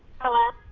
hello?